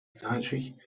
vilaĝoj